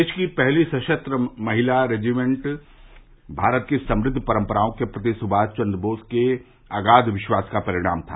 देश की पहली सशस्त्र महिला रेजिमेंट भारत की समृद्ध परंपराओं के प्रति सुभाष बादू के अगाध विश्वास का परिणाम था